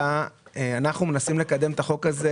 אנחנו מנסים לקדם את החוק הזה